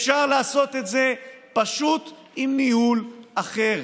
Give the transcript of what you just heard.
אפשר לעשות את זה פשוט עם ניהול אחר,